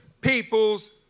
people's